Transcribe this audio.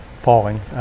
falling